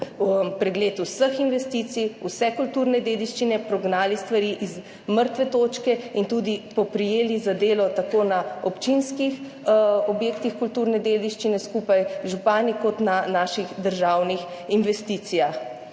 pregled vseh investicij, vse kulturne dediščine, pognali stvari iz mrtve točke in tudi poprijeli za delo tako na občinskih objektih kulturne dediščine skupaj z župani kot na naših državnih investicijah.